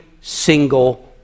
single